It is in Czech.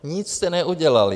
Nic jste neudělali.